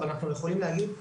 אבל אנחנו יכולים להגיד,